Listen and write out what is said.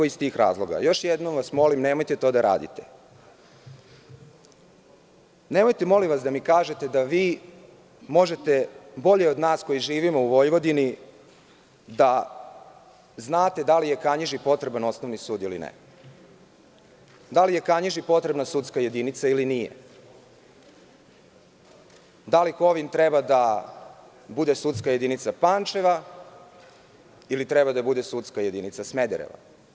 Još jednom vas molim nemojte to da radite, da mi kažete da vi možete bolje od nas koji živimo u Vojvodini da znate da li je Kanjiži potreban osnovni sud ili ne, da li je Kanjiži potrebna sudska jedinica ili nije, da li Kovin treba da bude sudska jedinica Pančeva ili da bude sudska jedinica Smedereva.